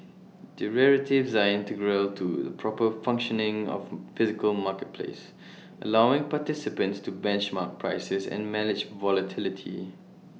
derivatives are integral to the proper functioning of the physical marketplace allowing participants to benchmark prices and manage volatility